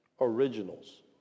originals